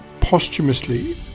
posthumously